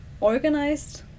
organized